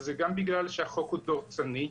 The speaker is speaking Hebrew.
וזה גם בגלל שהחוק הוא דורסני,